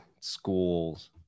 schools